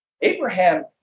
Abraham